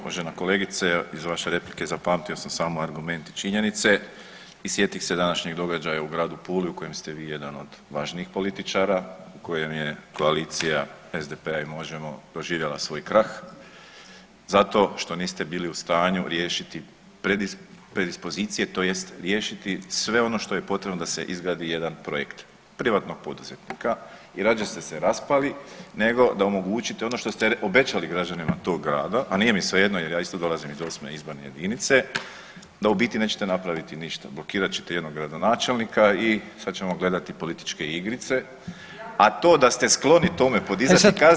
Uvažena kolegice, iz vaše replike zapamtio sam samo argument i činjenice i sjetih se današnjeg događaja u gradu Puli u kojem ste vi jedan od važnijih političara u kojem je koalicija SDP-a i Možemo! doživjela svoj krah zato što niste bili u stanju riješiti predispozicije tj. riješiti sve ono što je potrebno da se izgradi jedan projekt privatnog poduzetnika i rađe ste se raspali nego da omogućite ono što ste obećali građanima tog grada, a nije mi svejedno jer ja isto dolazim iz 8. izborne jedinice da u biti nećete napraviti ništa, blokirat ćete jednog gradonačelnika i sad ćemo gledati političke igrice … [[Upadica iz klupe se ne razumije]] , a to da ste skloni tome podizat kaznene prijave…